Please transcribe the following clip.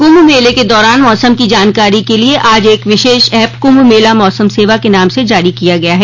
कुंभ मेले के दौरान मौसम की जानकारी के लिये आज एक विशेष ऐप कुंभ मेला मौसम सेवा के नाम से जारी किया गया है